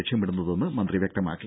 ലക്ഷ്യമിടുന്നതെന്ന് മന്ത്രി വ്യക്തമാക്കി